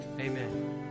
Amen